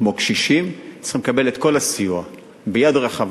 כמו קשישים, צריכים לקבל את כל הסיוע ביד רחבה.